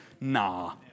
Nah